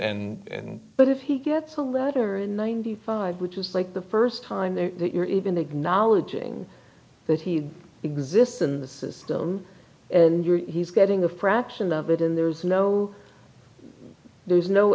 ed and but if he gets a letter in ninety five which is like the first time you're even acknowledging that he exists in the system and you're he's getting a fraction of it and there's no there's no